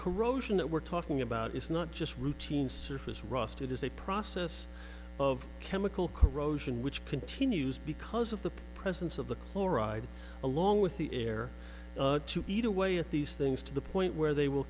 corrosion that we're talking about is not just routine surface rust it is a process of chemical corrosion which continues because of the presence of the chloride along with the air to eat away at these things to the point where they will